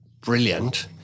brilliant